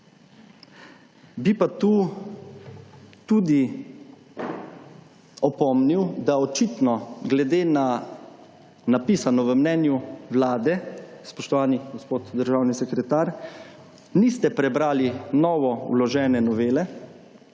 Bi pa tu tudi opomnil, da očitno glede na napisano v mnenju vlade, spoštovani gospod državni sekretar, niste prebrali novo vložene novele,